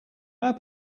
our